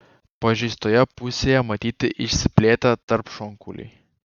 pažeistoje pusėje matyti išsiplėtę tarpšonkauliai